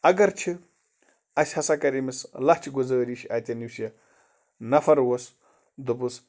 اَگر چھِ اَسہِ ہسا کَرِ أمِس لَژھِ گُزٲرِش اَتٮ۪ن یُس یہِ نَفَر اوس دوٚپُس